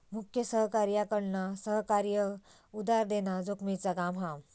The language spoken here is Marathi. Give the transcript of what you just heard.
मुख्य सहकार्याकडना सहकार्याक उधार देना जोखमेचा काम हा